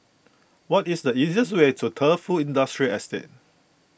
what is the easiest way to Defu Industrial Estate